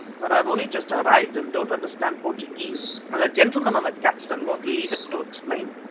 but i have only just arrived and don't understand portuguese, and the gentleman on the capstan won't leave it to explain.